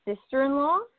sister-in-law